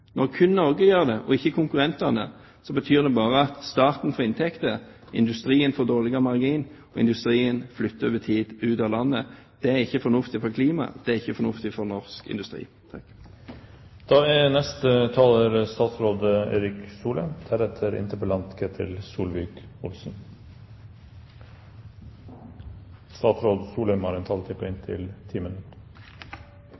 Når kun Norge gjør det og ikke konkurrentene, betyr det bare at staten får inntekter, industrien får dårligere marginer, og industrien flytter over tid ut av landet. Det er ikke fornuftig for klimaet, og det er ikke fornuftig for norsk industri. Jeg vil først vise til at jeg har svart på et nokså identisk spørsmål fra Solvik-Olsen i en interpellasjon tidligere og en serie ganger svart på